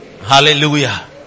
Hallelujah